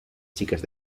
chicas